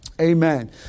Amen